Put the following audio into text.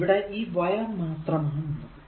ഇവിടെ ഈ വയർ മാത്രമാണുള്ളത്